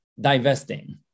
divesting